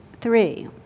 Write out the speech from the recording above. three